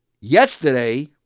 Yesterday